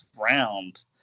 round